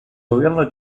gobierno